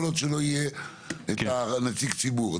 כל עוד לא יהיה נציג ציבור.